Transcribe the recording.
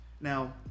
Now